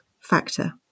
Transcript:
factor